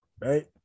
Right